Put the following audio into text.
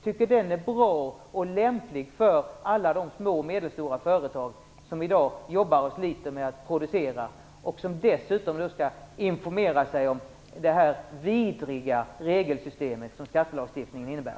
Tycker han att den är bra och lämplig för alla de små och medelstora företag som i dag jobbar och sliter med att producera och som dessutom skall informera sig om det vidriga regelsystem som skattelagstiftningen innebär?